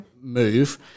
move